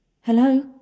Hello